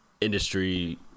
industry